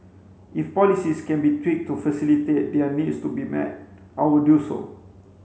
if policies can be tweaked to facilitate their needs to be met I will do so